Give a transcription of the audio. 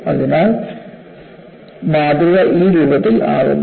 അതിനാൽ മാതൃക ഈ രൂപത്തിൽ ആകുന്നു